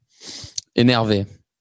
Énervé